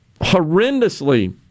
horrendously